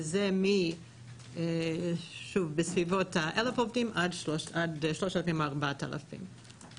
וזה בסביבות 1,000 עד 3,000-4,000 עובדים.